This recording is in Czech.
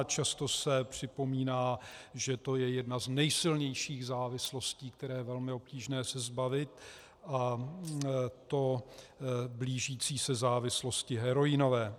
Často se připomíná, že to je jedna z nejsilnějších závislostí, které je velmi obtížné se zbavit, a to blížící se závislosti heroinové.